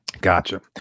Gotcha